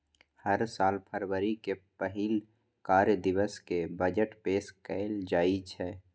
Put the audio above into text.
हर साल फरवरी के पहिल कार्य दिवस कें बजट पेश कैल जाइ छै